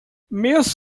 miss